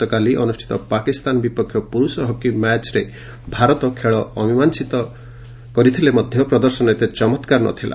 ଗତକାଲି ଅନୁଷ୍ଠିତ ପାକିସ୍ତାନ ବିପକ୍ଷ ପୁରୁଷ ହକି ମ୍ୟାଚ୍ରେ ଭାରତ ଖେଳ ଅମୀମାଂସିତ କରିଥିଲେ ମଧ୍ୟ ପ୍ରଦର୍ଶନ ଏତେ ଚମତ୍କାର ନଥିଲା